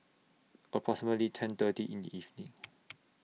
approximately ten thirty in The evening